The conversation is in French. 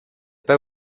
pas